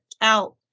out